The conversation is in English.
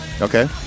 Okay